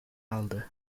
aldı